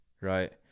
Right